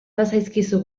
bazaizkizu